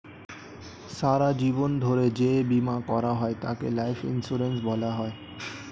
সারা জীবন ধরে যে বীমা করা হয় তাকে লাইফ ইন্স্যুরেন্স বলা হয়